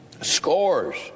Scores